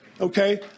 okay